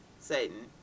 satan